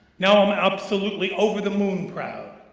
now, i'm absolutely over-the-moon proud.